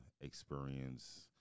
experience